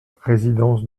résidence